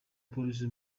polisi